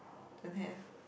don't have